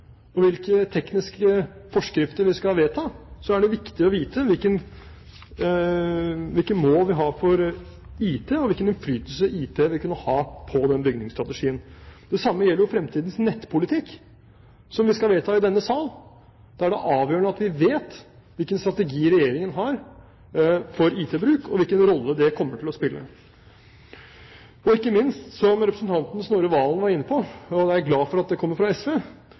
og hvilke tekniske forskrifter vi skal vedta, er det viktig å vite hvilke mål vi har for IT, og hvilken innflytelse IT vil kunne ha på den bygningsstrategien. Det samme gjelder fremtidens nettpolitikk, som vi skal vedta i denne sal. Da er det avgjørende at vi vet hvilken strategi Regjeringen har for IT-bruk, og hvilken rolle det kommer til å spille. Og ikke minst – som representanten Snorre Serigstad Valen var inne på, og jeg er glad for at det kommer fra SV